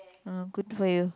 ah good for you